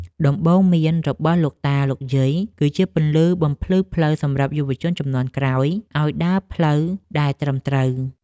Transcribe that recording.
ដំបូន្មានរបស់លោកតា លោកយាយ គឺជាពន្លឺបំភ្លឺផ្លូវសម្រាប់យុវជនជំនាន់ក្រោយឱ្យដើរលើផ្លូវដែលត្រឹមត្រូវ។